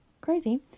crazy